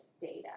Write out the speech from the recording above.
data